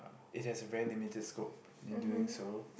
it has a very limited scope in doing so